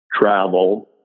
travel